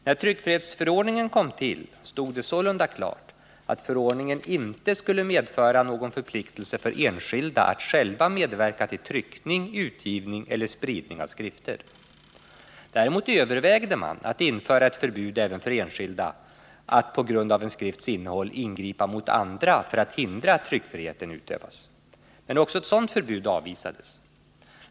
När tryckfrihetsförordningen kom till stod det sålunda klart att förordningen inte skulle medföra någon förpliktelse för enskilda att själva medverka till tryckning, utgivning eller spridning av skrifter. Däremot övervägde man att införa ett förbud även för enskilda att på grund av en skrifts innehåll ingripa mot andra för att hindra att tryckfriheten utövas. Men också ett sådant förbud avvisades.